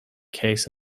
case